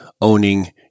owning